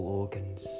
organs